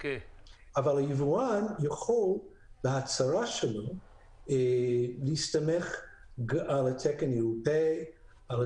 אבל היבואן יכול בהצהרה שלו להסתמך על התקן של